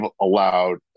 allowed